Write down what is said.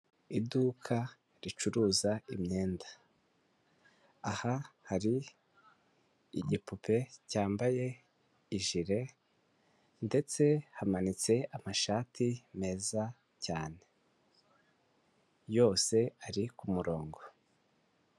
Iduka ricuruza imyenda aha hari igipupe cyambaye ijire, ndetse hamanitse amashati meza cyane yose ari kumurongo.